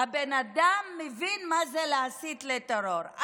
הבן-אדם מבין מה זה להסית לטרור.